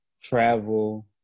travel